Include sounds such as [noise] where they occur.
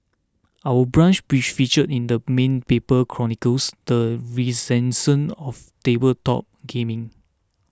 Our Brunch [unintelligible] feature in the main paper chronicles the renaissance of tabletop gaming